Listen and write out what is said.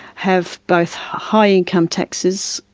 have both high income taxes,